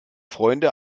freunde